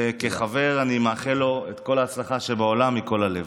וכחבר אני מאחל לו את כל ההצלחה שבעולם, מכל הלב.